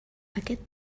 aquest